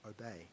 obey